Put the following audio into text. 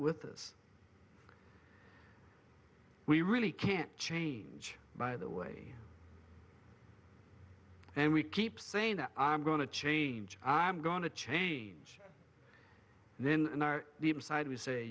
with this we really can't change by the way and we keep saying that i'm going to change i'm going to change and then the inside was a